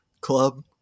club